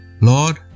Lord